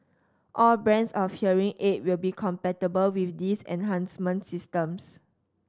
all brands of hearing aid will be compatible with these enhancement systems